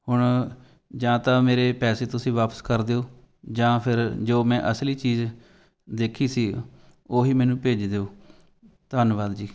ਹੁਣ ਜਾਂ ਤਾਂ ਮੇਰੇ ਪੈਸੇ ਤੁਸੀਂ ਵਾਪਸ ਕਰ ਦਿਉ ਜਾਂ ਫਿਰ ਜੋ ਮੈਂ ਅਸਲੀ ਚੀਜ਼ ਦੇਖੀ ਸੀ ਉਹੀ ਮੈਨੂੰ ਭੇਜ ਦਿਉ ਧੰਨਵਾਦ ਜੀ